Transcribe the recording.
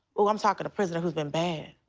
ooh, i'm talking a prisoner who's been bad.